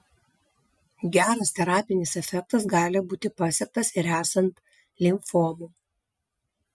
geras terapinis efektas gali būti pasiektas ir esant limfomų